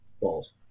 Balls